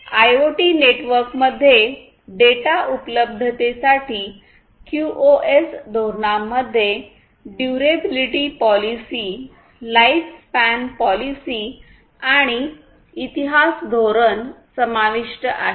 IoT नेटवर्कमध्ये data उपलब्धतेसाठी QoS धोरणांमध्ये durability policy life span policy आणि इतिहास धोरण समाविष्ट आहे